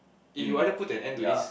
if you either put then end to this